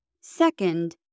Second